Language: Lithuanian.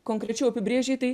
konkrečiau apibrėžei tai